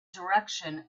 direction